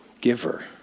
giver